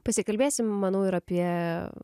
pasikalbėsim manau ir apie